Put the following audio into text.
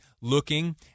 looking